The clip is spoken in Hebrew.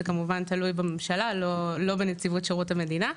זה כמובן תלוי בממשלה, לא בנציבות שירות המדינה.